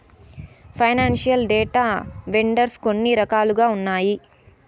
financial data vendors కొన్ని రకాలుగా ఉన్నాయి